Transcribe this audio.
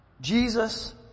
Jesus